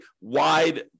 wide